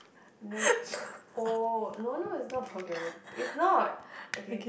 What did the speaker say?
no oh no no is not vulgari~ is not okay